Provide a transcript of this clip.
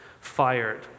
fired